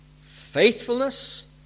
faithfulness